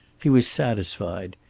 he was satisfied.